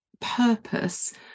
purpose